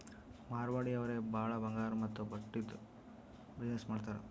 ಮಾರ್ವಾಡಿ ಅವ್ರೆ ಭಾಳ ಬಂಗಾರ್ ಮತ್ತ ಬಟ್ಟಿದು ಬಿಸಿನ್ನೆಸ್ ಮಾಡ್ತಾರ್